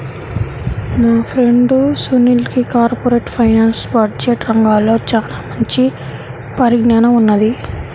మా ఫ్రెండు సునీల్కి corporate finance, budget రంగాల్లో చానా మంచి పరిజ్ఞానం ఉన్నది